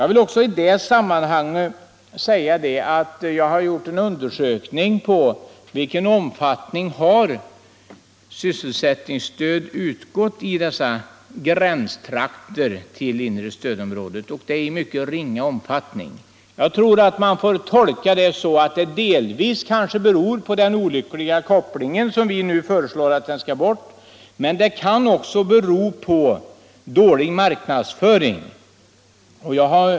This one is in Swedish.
I detta sammanhang vill jag också säga att jag har gjort en undersökning rörande omfattningen av det sysselsättningsstöd som utgått i dessa gränstrakter till det inre stödområdet, och den undersökningen visar att sådant stöd endast har utgått i mycket ringa utsträckning. Jag tror att detta delvis beror på den olyckliga koppling som vi nu föreslår skall tas bort. Men det kan också bero på dålig marknadsföring.